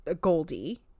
Goldie